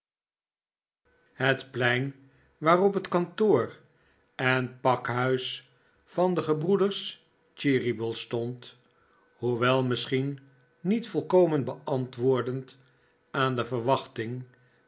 het plein waarop het kantoor en pakhuis van de gebroeders cheeryble stond hoewel misschien niet volkomen beantwoordend aan de verwachting